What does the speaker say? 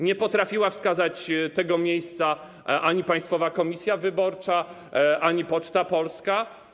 Nie potrafiła wskazać tego miejsca ani Państwowa Komisja Wyborcza, ani Poczta Polska.